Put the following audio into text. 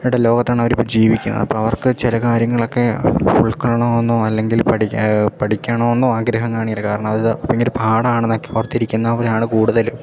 ഇവിടെ ലോകത്താണ് അവരിപ്പോൾ ജീവിക്കുന്നത് അപ്പോൾ അവർക്ക് ചില കാര്യങ്ങളൊക്കെ ഉൾക്കൊള്ളണമെന്നോ അല്ലെങ്കിൽ പഠിക്കുക പഠിക്കണമെന്നോ ആഗ്രഹം കാണുകയില്ല കാരണം അത് ഭയങ്കര പാടാണെന്നൊക്കെ ഓർത്തിരിക്കുന്നവരാണ് കൂടുതലും